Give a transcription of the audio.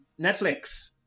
netflix